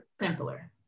simpler